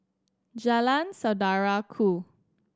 Jalan Saudara Ku